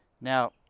Now